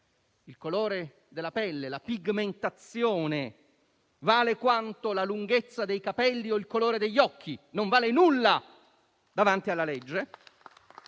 il colore della pelle, la pigmentazione vale quanto la lunghezza dei capelli o il colore degli occhi, non vale nulla davanti alla legge